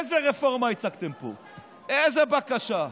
איזו רפורמה הצגתם פה, איזו בקשה,